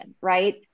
right